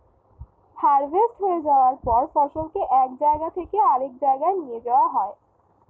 harvest হয়ে যাওয়ার পর ফসলকে এক জায়গা থেকে আরেক জায়গায় নিয়ে যাওয়া হয়